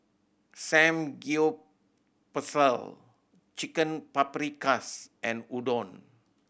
Samgyeopsal Chicken Paprikas and Udon